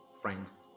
friends